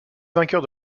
vainqueur